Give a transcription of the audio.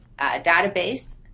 database